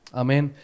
amen